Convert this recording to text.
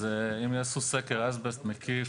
אז אם יעשו סקר אסבסט מקיף,